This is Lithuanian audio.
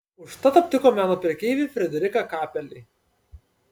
užtat aptiko meno prekeivį frederiką kapelį